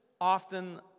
often